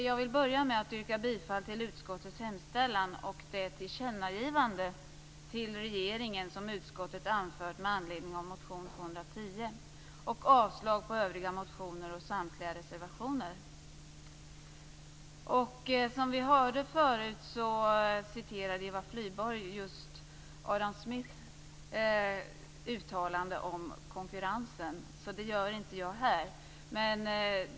Jag vill börja med att yrka bifall till utskottets hemställan och det tillkännagivande till regeringen som utskottet anfört med anledning av motion N210 Som vi hörde förut citerade Eva Flyborg just Adam Smiths uttalande om konkurrensen, så det gör inte jag här.